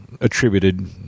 attributed